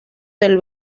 del